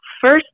first